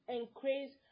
increase